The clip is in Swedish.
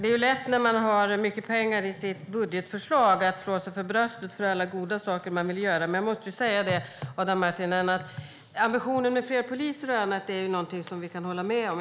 Fru talman! När man har mycket pengar i sitt budgetförslag är det lätt att slå sig för bröstet för alla goda saker som man vill göra. Men, Adam Marttinen, ambitionen med fler poliser är någonting som vi kan hålla med om.